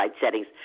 settings